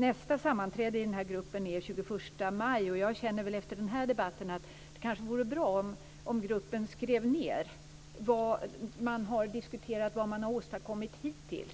Nästa sammanträde i den här gruppen är den 21 maj. Efter den här debatten känner jag att det kanske vore bra om gruppen skrev ned vad man har diskuterat och vad man har åstadkommit hittills